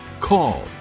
call